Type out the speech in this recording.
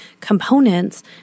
components